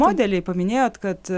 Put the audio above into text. modeliai paminėjot kad